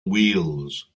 wheels